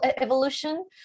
evolution